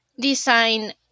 design